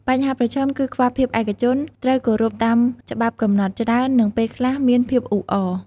បញ្ហាប្រឈមគឺខ្វះភាពឯកជន ត្រូវគោរពតាមច្បាប់កំណត់ច្រើន និងពេលខ្លះមានភាពអ៊ូអរ។